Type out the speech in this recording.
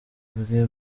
bwe